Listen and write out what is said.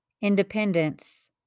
independence